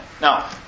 Now